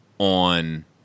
on